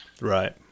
right